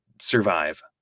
survive